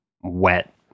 wet